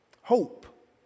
Hope